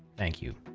thank you.